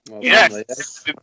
Yes